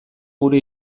gure